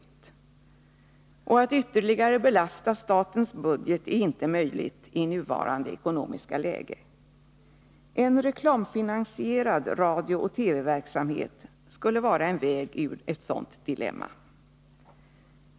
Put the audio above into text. Och att Onsdagen den ytterligare belasta statens budget är inte möjligt i nuvarande ekonomiska 11 mars 1981 läge. En reklamfinansierad radiooch TV-verksamhet skulle vara en väg ut ur detta dilemma.